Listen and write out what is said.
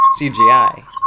CGI